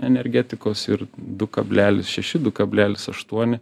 energetikos ir du kablelis šeši du kablelis aštuoni